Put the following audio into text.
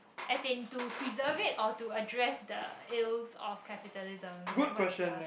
as in to preserve it or to address the ills of capitalism like what's the